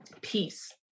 peace